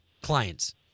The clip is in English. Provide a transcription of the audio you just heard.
clients